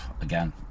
Again